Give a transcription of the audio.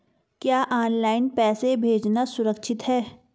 क्या ऑनलाइन पैसे भेजना सुरक्षित है?